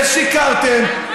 ושיקרתם,